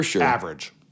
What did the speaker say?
average